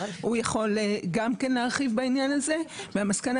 הוא יכול גם כן להרחיב בעניין הזה והמסקנה